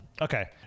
Okay